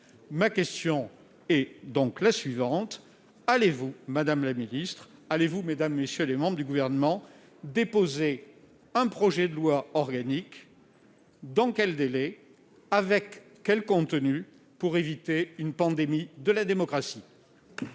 Ma question est donc la suivante : allez-vous, madame la ministre déléguée, mesdames, messieurs les membres du Gouvernement, déposer un projet de loi organique, dans quel délai et avec quel contenu, pour éviter une pandémie de la démocratie ?